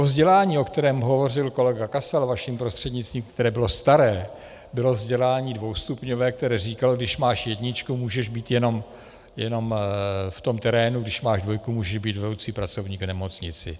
Vzdělání, o kterém hovořil kolega Kasal, vaším prostřednictvím, které bylo staré, bylo vzdělání dvoustupňové, které říkalo: když máš jedničku, můžeš být jenom v terénu, když máš dvojku, můžeš být vedoucí pracovník v nemocnici.